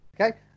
Okay